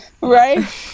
Right